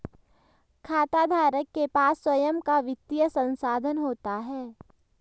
खाताधारक के पास स्वंय का वित्तीय संसाधन होता है